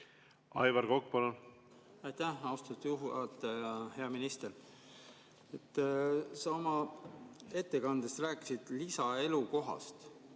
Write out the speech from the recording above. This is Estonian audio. Aivar Kokk, palun! Aitäh, austatud juhataja! Hea minister! Sa oma ettekandes rääkisid lisaelukohast.